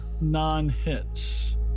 non-hits